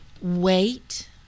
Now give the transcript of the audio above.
Wait